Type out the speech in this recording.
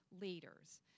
leaders